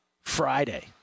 Friday